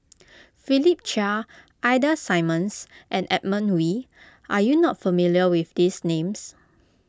Philip Chia Ida Simmons and Edmund Wee are you not familiar with these names